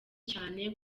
cyane